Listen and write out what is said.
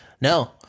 no